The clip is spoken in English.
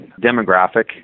demographic